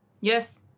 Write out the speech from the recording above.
yes